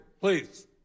please